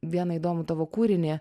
vieną įdomų savo kūrinį